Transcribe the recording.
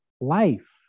life